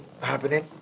happening